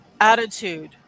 attitude